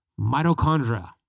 mitochondria